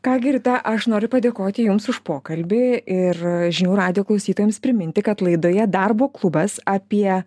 ką gi rita aš noriu padėkoti jums už pokalbį ir žinių radijo klausytojams priminti kad laidoje darbo klubas apie